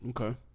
Okay